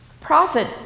Prophet